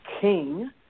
king